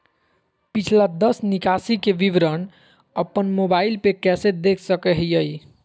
पिछला दस निकासी के विवरण अपन मोबाईल पे कैसे देख सके हियई?